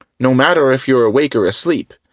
no matter if you're awake or asleep,